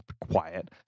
quiet